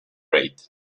rate